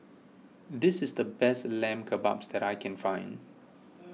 this is the best Lamb Kebabs that I can find